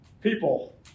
people